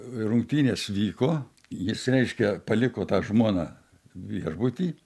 rungtynės vyko jis reiškia paliko tą žmoną viešbuty